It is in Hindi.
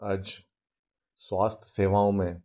आज स्वास्थ्य सेवाओं में